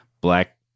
black